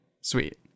sweet